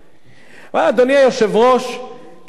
כיוון שדווקא בשבוע שבו נולד דוח לוי,